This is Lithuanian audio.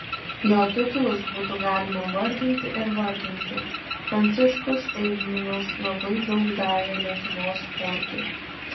jo titulus būtų galima vardinti ir vardinti pranciškus eigminas labai daug davė lietuvos sportui